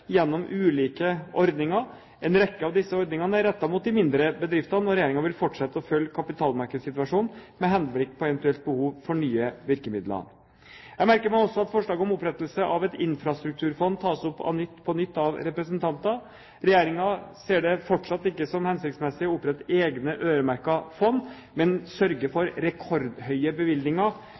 gjennom ulike ordninger. En rekke av disse ordningene er rettet mot de mindre bedriftene, og regjeringen vil fortsette å følge kapitalmarkedssituasjonen med henblikk på eventuelle behov for nye virkemidler. Jeg merker meg også at forslaget om opprettelse av et infrastrukturfond tas opp på nytt av representantene. Regjeringen ser det fortsatt ikke som hensiktsmessig å opprette egne øremerkede fond, men sørger for rekordhøye bevilgninger